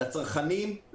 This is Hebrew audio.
לצרכנים,